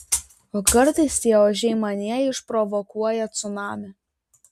o kartais tie ožiai manyje išprovokuoja cunamį